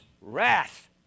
wrath